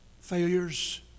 failures